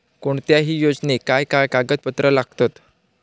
कोणत्याही योजनेक काय काय कागदपत्र लागतत?